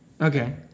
okay